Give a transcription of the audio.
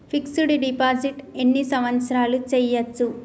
Fix డ్ deposit ఎన్ని సంవత్సరాలు చేయచ్చు?